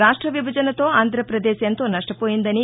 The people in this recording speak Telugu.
రాష్ట విభజనతో ఆంధ్రాప్రదేశ్ ఎంతో నష్టపోయిందని